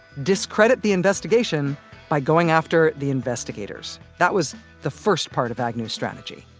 discredit the investigation by going after the investigators. that was the first part of agnew's strategy